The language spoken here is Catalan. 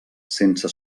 sense